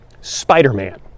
Spider-Man